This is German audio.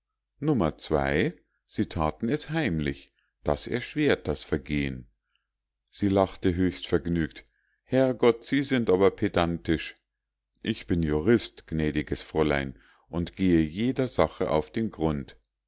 sie thaten es heimlich das erschwert das vergehen sie lachte höchst vergnügt herrgott sind sie aber pedantisch ich bin jurist gnädiges fräulein und gehe jeder sache auf den grund